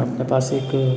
अपने पास एक